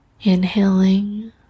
Inhaling